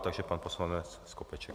Takže pan poslanec Skopeček.